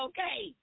Okay